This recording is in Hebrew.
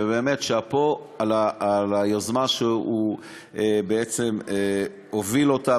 ובאמת שאפו על היוזמה שהוא בעצם הוביל אותה,